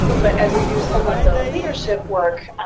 but as we do some of the leadership work,